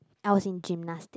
I was in gymnastic